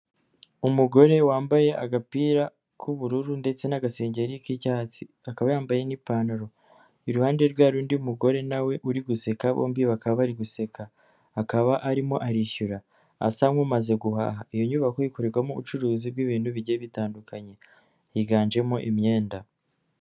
Umugore wambaye agapira k'ubururu ndetse n'agasengeri k'icyatsi, akaba yambaye n'ipantaro. Iruhande rwe hari undi mugore nawe uri guseka bombi bakaba bari guseka. Akaba arimo arishyura. Asa nk'umaze guhaha. iyo nyubako ikorerwamo ubucuruzi bw'ibintu bigiye bitandukanye. Higanjemo imyenda.